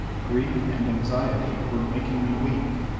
grief and anxiety were making me weak,